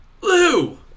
Lou